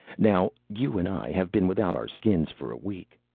now you and i have been without our skins for a week.